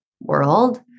world